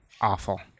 awful